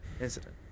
Incident